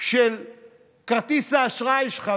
של כרטיס האשראי שלך.